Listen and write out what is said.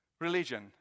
religion